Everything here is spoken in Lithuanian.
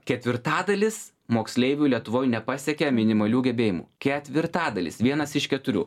ketvirtadalis moksleivių lietuvoj nepasiekia minimalių gebėjimų ketvirtadalis vienas iš keturių